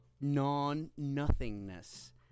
Non-nothingness